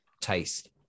taste